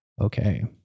Okay